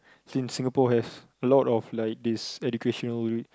since Singapore has a lot of like this educational